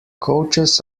coaches